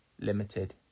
limited